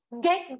get